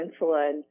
insulin